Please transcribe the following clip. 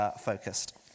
focused